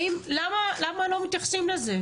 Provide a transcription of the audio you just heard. למה לא מתייחסים לזה?